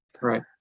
Right